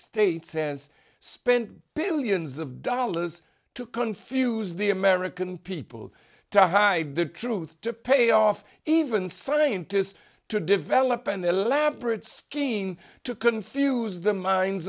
states has spent billions of dollars to confuse the american people to hide the truth to pay off even scientists to develop an elaborate scheme to confuse the minds